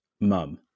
Mum